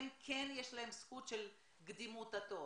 להם כן יש זכות קדימות בתור,